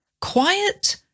quiet